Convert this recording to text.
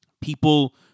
people